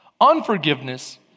Unforgiveness